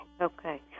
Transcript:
Okay